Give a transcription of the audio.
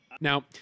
Now